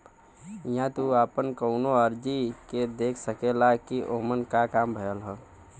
इहां तू आपन कउनो अर्जी के देख सकेला कि ओमन क काम भयल